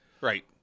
Right